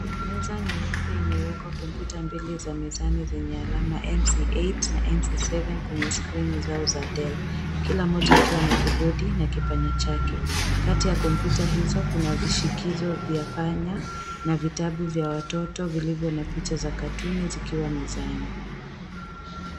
Meza nyeupe imewekwa kompyuta mbili zenye alama NC8 na NC7 kwenye skirini zao za Dell kila moja ikiwa na kibodi na kipanya chake. Kati ya kompyuta hizo kuna vishikizo vya panya na vitabu vya watoto vilivyo na picha za katuni zikiwa mezani.